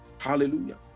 hallelujah